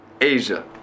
Asia